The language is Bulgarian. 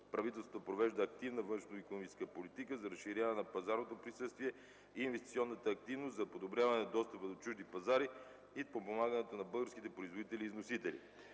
Правителството провежда активна външноикономическа политика за разширяване на пазарното присъствие и инвестиционната активност за подобряване достъпа до чужди пазари и подпомагането на българските производители и вносители.